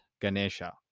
Ganesha